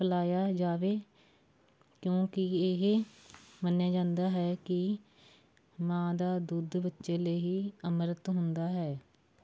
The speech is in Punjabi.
ਪਿਲਾਇਆ ਜਾਵੇ ਕਿਉਂਕਿ ਇਹ ਮੰਨਿਆਂ ਜਾਂਦਾ ਹੈ ਕਿ ਮਾਂ ਦਾ ਦੁੱਧ ਬੱਚੇ ਲਈ ਹੀ ਅੰਮ੍ਰਿਤ ਹੁੰਦਾ ਹੈ